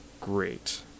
great